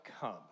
come